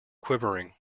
quivering